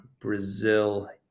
Brazil